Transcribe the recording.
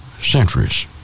centuries